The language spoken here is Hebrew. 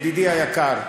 ידידי היקר,